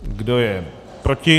Kdo je proti?